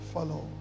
Follow